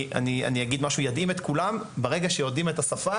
אגיד משהו שידהים את כולם: ברגע שיודעים את השפה